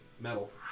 metal